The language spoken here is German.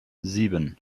sieben